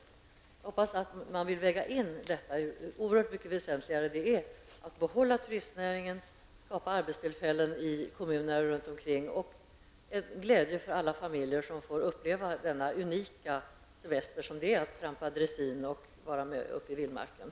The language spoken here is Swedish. Jag hoppas att man vill väga in det oerhört väsentliga värde som finns i att behålla turistnäringen, skapa arbetstillfällen i kommuner runt omkring och skapa en källa till glädje för alla familjer som vill uppleva denna unika semester -- att trampa dressin ute i vildmarken.